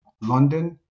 London